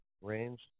range